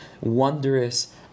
wondrous